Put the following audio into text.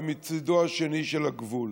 ומצידו השני של הגבול.